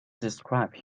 described